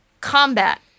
combat